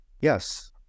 Yes